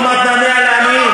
אני פה רק בשביל 24 ילדים,